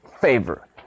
favor